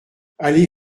allée